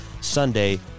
Sunday